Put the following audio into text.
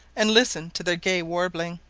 and listen to their gay warbling.